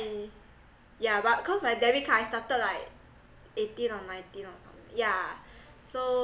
yeah but cause my debit card started like eighteen or nineteen or something yeah so